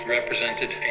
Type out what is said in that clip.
represented